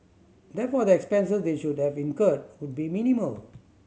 therefore the expenses they should have incurred would be minimal